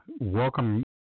Welcome